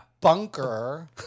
bunker